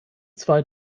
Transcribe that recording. zwei